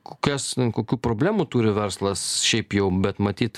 kokias kokių problemų turi verslas šiaip jau bet matyt